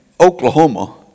Oklahoma